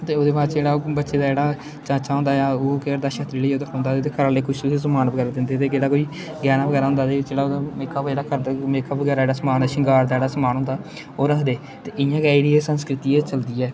ते ओह्दे बाद च जेह्ड़ा ओह् बच्चे दा जेह्ड़ा चाचा होंदा ऐ जां ओह् केह् करदा छतरी लेइयै उत्थै खड़ोंदा ते घरै आह्ले किश समान बगैरा दिंदे ते जेह्ड़ा कोई गैह्ना बगैरा होंदा ते जेह्ड़ा ओह्दा मेकअप करदे ते मेकअप बगैरा दा जेह्ड़ा समान होंदा श्रृगांर दा जेह्ड़ा समान होंदा ओह् रक्खदे ते इ'यां गै एह् जेह्ड़ी एह् संस्कृति ऐ एह् चलदी ऐ